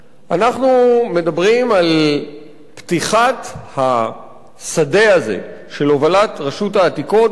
אנחנו מדברים על פתיחת השדה הזה של הובלת רשות העתיקות בפני